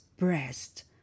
breast